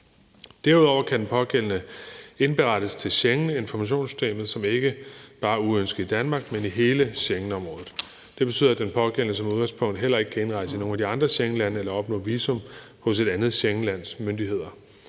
Derudover kan den pågældende indberettes til Schengeninformationssystemet som ikke bare uønsket i Danmark, men i hele Schengenområdet. Det betyder, at den pågældende som udgangspunkt heller ikke kan indrejse i nogen af de andre Schengenlande eller opnå visum hos et andet Schengenlands myndigheder.